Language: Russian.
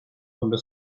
обе